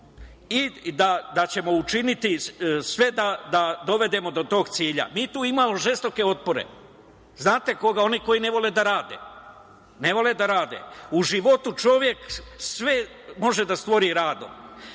i da ćemo učiniti sve da dovedemo sve do tog cilja. Mi tu imamo žestoke otpore. Znate, koje, one koji ne vole da rade. U životu čovek sve može da stvori radom,